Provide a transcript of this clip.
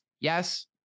Yes